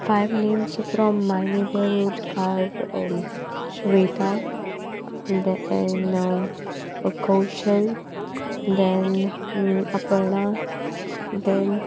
five names from my neighbourhood are Shweta and Kaushal then Aparna then